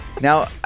Now